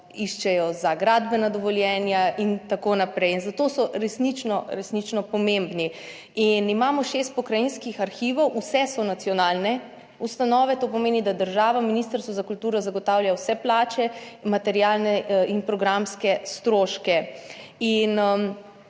iščejo za gradbena dovoljenja in tako naprej in zato so resnično, resnično pomembni. Imamo šest pokrajinskih arhivov, vsi so nacionalne ustanove, to pomeni, da država, Ministrstvo za kulturo, zagotavlja vse plače, materialne in programske stroške.